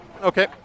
Okay